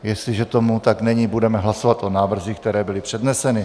Jestliže tomu tak není, budeme hlasovat o návrzích, které byly předneseny.